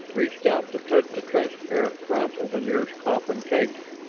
reached out to touch the transparent front of the nearest coffin case.